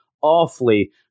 awfully